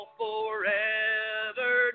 forever